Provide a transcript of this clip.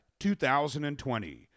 2020